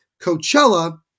Coachella